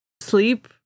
sleep